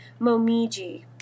Momiji